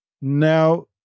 now